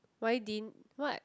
why didn't what